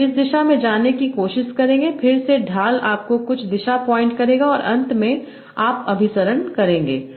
तो इस दिशा में जाने की कोशिश करेंगे फिर से ढाल आपको कुछ दिशा पॉइन्ट करेगा और अंत में आप अभिसरण करेंगे